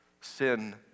Sin